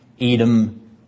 Edom